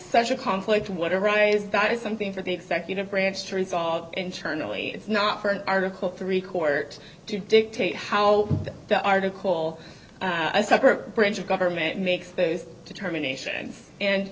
such a conflict what arises by something for the executive branch to resolve internally if not for an article three court to dictate how the article a separate branch of government makes those determination and